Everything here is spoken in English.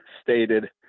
stated